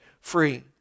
free